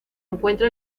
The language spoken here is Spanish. encuentra